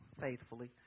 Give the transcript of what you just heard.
faithfully